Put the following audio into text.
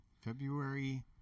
February